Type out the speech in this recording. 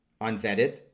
Unvetted